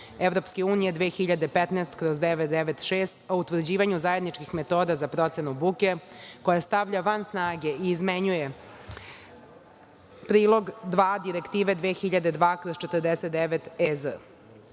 Direktivu EU 2015/996 o utvrđivanju zajedničkih metoda za procenu buke, koja stavlja van snage i izmenjuje prilog dva Direktive 2002/49